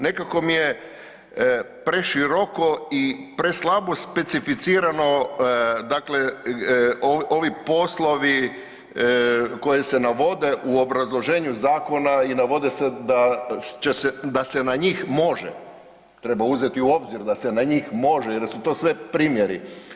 Nekako mi je preširoko i preslabo specificirano, dakle ovi poslovi koje se navode u obrazloženju zakona i navode se da se na njih može, treba uzeti u obzir da se na njih može i da su to sve primjeri.